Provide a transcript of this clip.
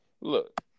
look